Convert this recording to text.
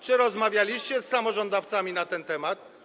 Czy rozmawialiście z samorządowcami na ten temat?